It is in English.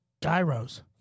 gyros